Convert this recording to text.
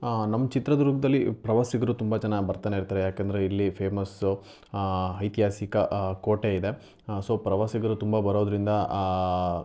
ನಮ್ಮ ಚಿತ್ರದುರ್ಗದಲ್ಲಿ ಪ್ರವಾಸಿಗರು ತುಂಬ ಜನ ಬರ್ತನೇ ಇರ್ತಾರೆ ಯಾಕಂದರೆ ಇಲ್ಲಿ ಫೇಮಸ್ಸು ಐತಿಹಾಸಿಕ ಕೋಟೆ ಇದೆ ಸೊ ಪ್ರವಾಸಿಗರು ತುಂಬ ಬರೋದರಿಂದ